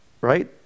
Right